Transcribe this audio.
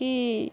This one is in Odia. କି